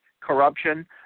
corruption